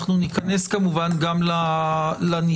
אנחנו ניכנס כמובן גם לניסוח,